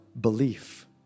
belief